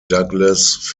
douglas